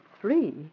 three